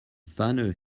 pfanne